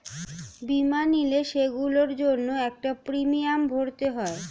বীমা নিলে, সেগুলোর জন্য একটা প্রিমিয়াম ভরতে হয়